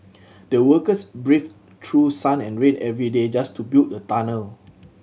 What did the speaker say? the workers braved through sun and rain every day just to build the tunnel